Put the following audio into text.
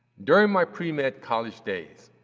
during my pre-med college days,